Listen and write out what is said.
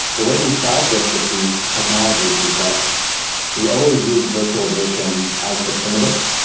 the way we solve this with these technologies is that we always use virtualization as the primitive.